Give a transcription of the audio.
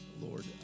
Lord